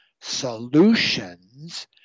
solutions